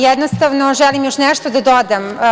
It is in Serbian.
Jednostavno, želim još nešto da dodam.